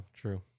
true